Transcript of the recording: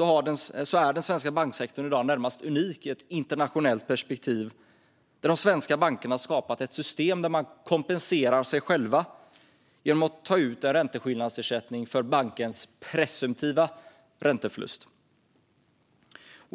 är den svenska banksektorn i dag närmast unik i ett internationellt perspektiv, där de svenska bankerna har skapat ett system där de kompenserar sig själva genom att ta ut en ränteskillnadsersättning för bankens presumtiva ränteförlust.